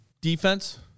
defense